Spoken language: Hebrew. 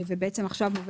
ובעצם עכשיו.